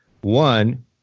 One